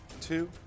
two